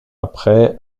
après